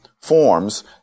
forms